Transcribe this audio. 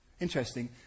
Interesting